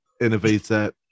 Innovator